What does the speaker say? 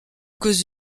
cause